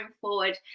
forward